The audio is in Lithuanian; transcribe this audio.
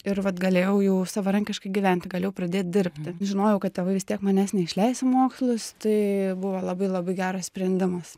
ir vat galėjau jau savarankiškai gyventi galėjau pradėt dirbti žinojau kad tėvai vis tiek manęs neišleis į mokslus tai buvo labai labai geras sprendimas